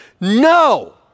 No